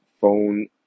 phone